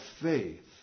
faith